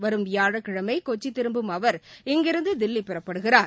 வரும் வியாழக்கிழமை கொச்சி திரும்பும் அவர் இங்கிருந்து தில்லி புறப்படுகிறார்